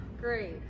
Great